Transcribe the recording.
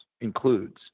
includes